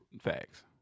Facts